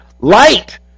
Light